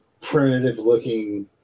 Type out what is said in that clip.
primitive-looking